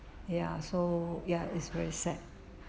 ya so ya it's very sad